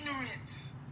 Ignorance